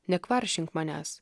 nekvaršink manęs